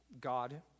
God